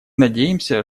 надеемся